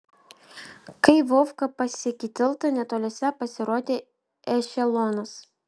kai vovka pasiekė tiltą netoliese pasirodė ešelonas